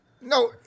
no